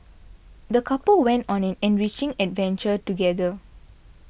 the couple went on an enriching adventure together